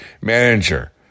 manager